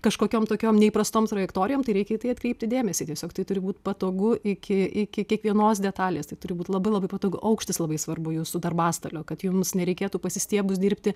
kažkokiam tokiom neįprastom trajektorijom tai reikia į tai atkreipti dėmesį tiesiog tai turi būt patogu iki iki kiekvienos detalės tai turi būt labai labai patogu aukštis labai svarbu jūsų darbastalio kad jums nereikėtų pasistiebus dirbti